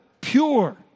pure